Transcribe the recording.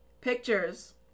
Pictures